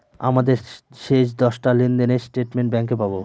আমাদের শেষ দশটা লেনদেনের স্টেটমেন্ট ব্যাঙ্কে পাবো